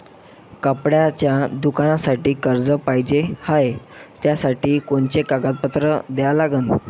कपड्याच्या दुकानासाठी कर्ज पाहिजे हाय, त्यासाठी कोनचे कागदपत्र द्या लागन?